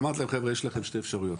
ואמרתי להם חבר'ה, יש לכם שתי אפשרויות: